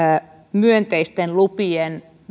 myönteisten lupien